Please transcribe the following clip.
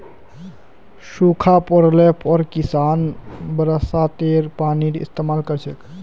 सूखा पोड़ले पर किसान बरसातेर पानीर इस्तेमाल कर छेक